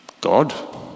God